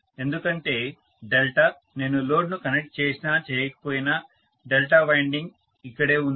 ఎందుకంటే డెల్టా నేను లోడ్ను కనెక్ట్ చేసినా చేయకపోయినా డెల్టా వైండింగ్ ఇక్కడే ఉంది